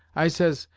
i says,